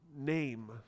name